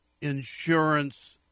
insurance